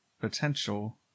potential